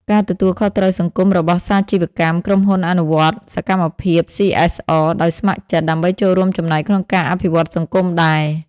ការទទួលខុសត្រូវសង្គមរបស់សាជីវកម្ម ក្រុមហ៊ុនអនុវត្តសកម្មភាព សុី អេស អរ ដោយស្ម័គ្រចិត្ត ដើម្បីចូលរួមចំណែកក្នុងការអភិវឌ្ឍសង្គមដែរ ។